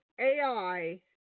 AI